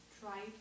try